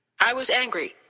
i was angry.